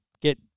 get